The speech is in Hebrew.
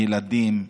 ילדים,